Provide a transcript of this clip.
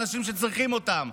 אנשים שצריכים אותם.